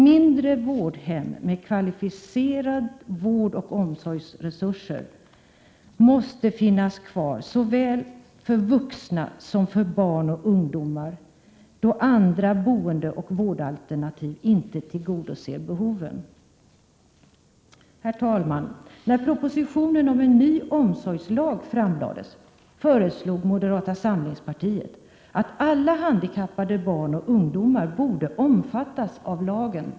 Mindre vårdhem med kvalificerade vårdoch omsorgsresurser måste finnas såväl för vuxna som för barn och ungdomar då andra boendeoch | vårdalternativ inte tillgodoser behoven. Herr talman! När propositionen om en ny omsorgslag framlades, föreslog moderata samlingspartiet att alla handikappade barn och ungdomar skulle omfattas av lagen.